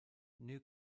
new